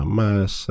mas